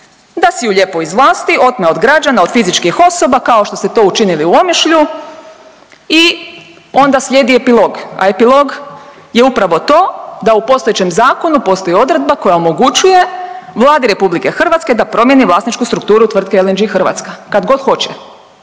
da si ju lijepo izvlasti, otme od građana od fizičkih osoba kao što ste to učinili u Omišlju i onda slijedi epilog, a epilog je upravo to da u postojećem zakonu postoji odredba koja omogućuje Vladi Republike Hrvatske da promijeni vlasničku strukturu tvrtke LNG-e Hrvatska kada god hoće,